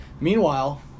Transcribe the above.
Meanwhile